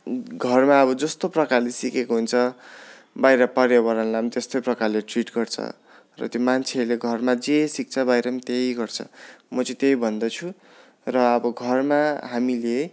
घरमा अब जस्तो प्रकारले सिकेको हुन्छ बाहिर पार्यावरणलाई पनि त्यस्तै प्रकारले ट्रिट गर्छ र त्यो मान्छेहरूले घरमा जे सिक्छ बाहिर पनि त्यही गर्छ म चाहिँ त्यही भन्दछु र अब घरमा हामीले